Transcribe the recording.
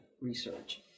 research